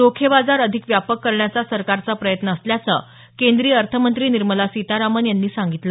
रोखे बाजार अधिक व्यापक करण्याचा सरकारचा प्रयत्न असल्याचं केंद्रीय अर्थमंत्री निर्मला सीतारामन यांनी सांगितलं